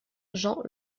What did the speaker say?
jean